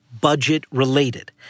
budget-related